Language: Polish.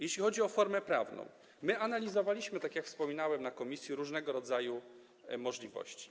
Jeśli chodzi o formę prawną, to analizowaliśmy, tak jak wspominałem na posiedzeniu komisji, różnego rodzaju możliwości.